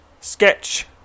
Sketch